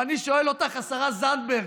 ואני שואל אותך, השרה זנדברג: